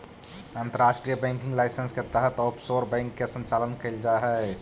अंतर्राष्ट्रीय banking licence के तहत ऑफशोर बैंक के संचालन कैल जा हइ